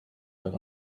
bike